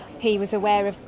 he was aware of,